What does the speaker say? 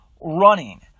Running